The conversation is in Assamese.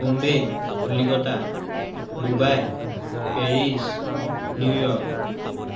Bombay Kolkata Dubai Paris New York